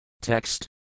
Text